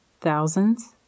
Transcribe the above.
Thousands